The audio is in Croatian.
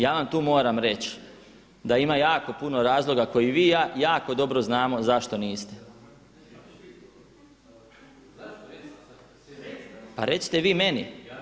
Ja vam tu moram reći da ima jako puno razloga koji vi i ja jako dobro znamo zašto niste. … [[Upadica sa strane, ne razumije se.]] Pa recite vi meni!